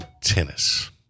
tennis